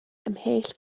ymhell